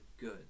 good